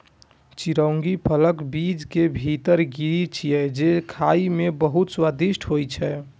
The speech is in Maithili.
चिरौंजी फलक बीज के भीतर गिरी छियै, जे खाइ मे बहुत स्वादिष्ट होइ छै